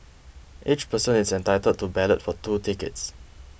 each person is entitled to ballot for two tickets